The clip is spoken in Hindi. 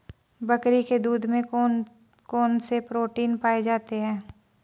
बकरी के दूध में कौन कौनसे प्रोटीन पाए जाते हैं?